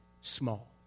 small